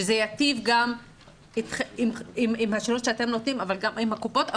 שזה ייטיב גם עם השירות שאתם נותנים וגם עם הקופות,